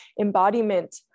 embodiment